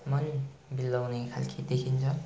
मन बिलाउने खालको देखिन्छ